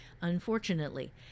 unfortunately